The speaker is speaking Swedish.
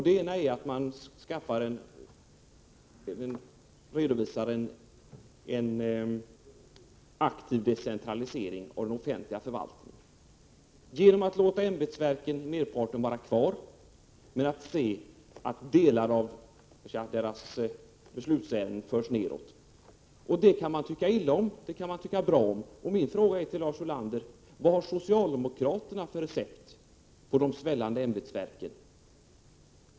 Den ena är en aktiv decentralisering av den offentliga förvaltningen, genom att man låter merparten av ämbetsverken vara kvar men ser till att delar av deras beslutsfunktion förs neråt. Det kan man tycka illa om eller tycka bra om, och min fråga till Lars Ulander är: Vad har socialdemokraterna för recept i fråga om de svällande ämbetsverken?